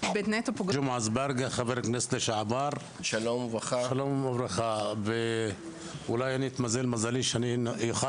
גם בלקיה יש מבנה, גם באבו